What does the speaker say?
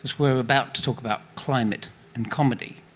we are about to talk about climate and comedy,